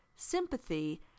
sympathy